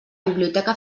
biblioteca